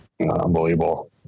unbelievable